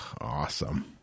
Awesome